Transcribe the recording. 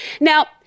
Now